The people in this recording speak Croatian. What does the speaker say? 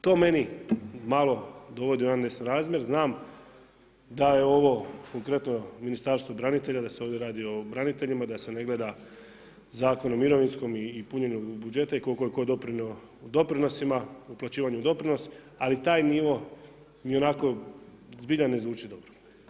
To meni malo dovodi u jedan nesrazmjer, znam da je ovo konkretno Ministarstvo branitelja, da se ovdje radi o braniteljima, da se ne gleda Zakon o mirovinskom i punjenju budžeta i koliko je tko doprinio u doprinosima, uplaćivanju doprinosa, ali taj nivo mi onako zbilja ne zvuči dobro.